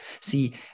See